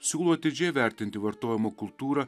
siūlo atidžiai vertinti vartojimo kultūrą